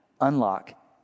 unlock